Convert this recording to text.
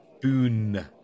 Boon